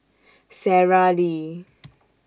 Sara Lee